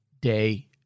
day